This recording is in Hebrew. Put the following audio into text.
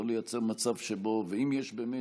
אם יש באמת,